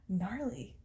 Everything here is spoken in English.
Gnarly